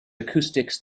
acoustics